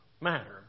matter